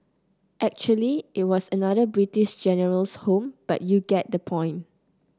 actually it was another British General's home but you get the point